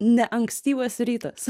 ne ankstyvas rytas